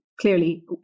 clearly